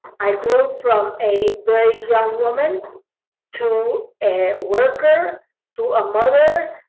i grew from a very young woman to a worker to a mother,